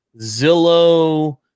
Zillow